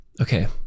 okay